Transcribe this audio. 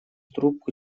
трубку